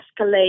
escalate